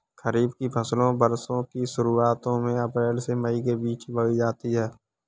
खरीफ की फसलें वर्षा ऋतु की शुरुआत में अप्रैल से मई के बीच बोई जाती हैं